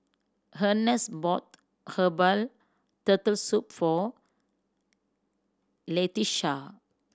Earnest bought herbal Turtle Soup for Latesha